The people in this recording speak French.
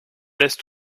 laisse